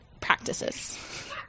practices